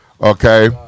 Okay